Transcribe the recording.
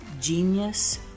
Genius